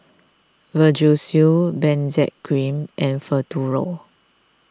Vagisil Benzac Cream and Futuro